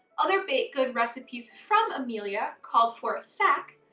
other baked good recipes from amelia called for ah sack,